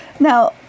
Now